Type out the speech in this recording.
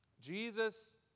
Jesus